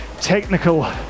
technical